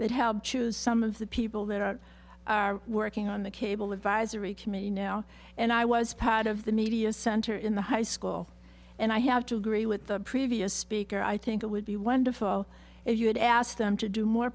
that have choose some of the people that are working on the cable advisory committee now and i was part of the media center in the high school and i have to agree with the previous speaker i think it would be wonderful if you had asked them to do more